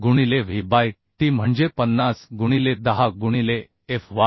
गुणिले w by t म्हणजे 50 गुणिले 10 गुणिले Fy